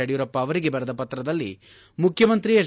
ಯಡಿಯೂರಪ್ಪ ಅವರಿಗೆ ಬರೆದ ಪತ್ರದಲ್ಲಿ ಮುಖ್ಯಮಂತ್ರಿ ಹೆಚ್